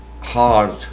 hard